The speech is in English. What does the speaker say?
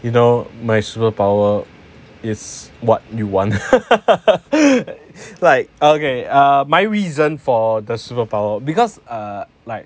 you know my superpower is what you want like ok my reason for the superpower because like